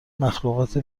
مخلوقات